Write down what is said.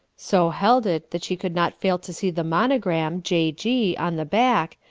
so held it that she could not fail to see the mono gram, j g, on the back,